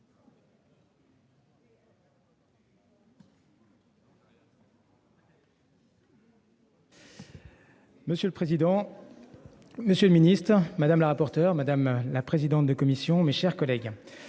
Monsieur le président. Monsieur le Ministre, madame la rapporteure madame la présidente de commission, mes chers collègues.